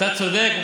אתה צודק.